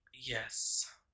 Yes